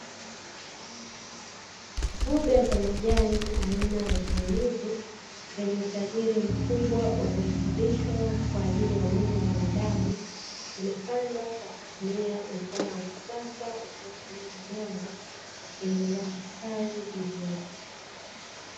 Mboga za majani aina ya chainizi zenye utajiri mkubwa wa virutubisho kwa ajili ya mwili wa mwanadamu, zimepandwa kwa kutumia mfumo wa kisasa usiotumia udongo zikiendelea kustawi vizuri.